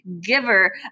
giver